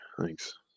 thanks